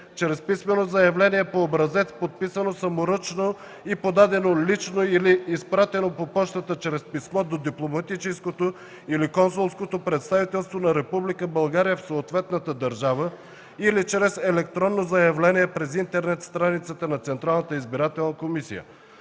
чрез писмено заявление по образец, подписано саморъчно и подадено лично или изпратено по пощата чрез писмо до дипломатическото или консулското представителство на Република България в съответната държава или чрез електронно заявление през интернет страницата на Централната избирателна комисия.